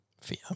fear